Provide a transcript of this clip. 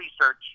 research